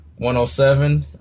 107